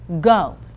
Go